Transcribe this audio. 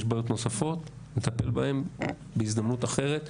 יש בעיות נוספות, נטפל בהן בהזדמנות אחרת.